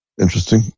interesting